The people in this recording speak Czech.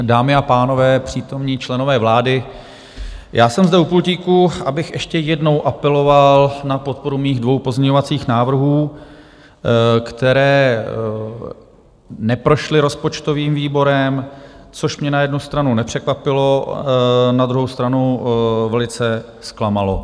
Dámy a pánové, přítomní členové vlády, já jsem zde u pultíku, abych ještě jednou apeloval na podporu svých dvou pozměňovacích návrhů, které neprošly rozpočtovým výborem, což mě na jednu stranu nepřekvapilo, na druhou stranu velice zklamalo.